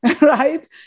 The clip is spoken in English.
right